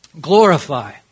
glorify